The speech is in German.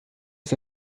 ist